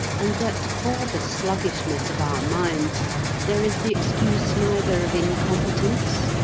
and that for the sluggishness of our minds there is the excuse neither of incompetence,